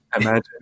Imagine